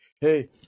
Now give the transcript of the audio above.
Hey